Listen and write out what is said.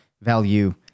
value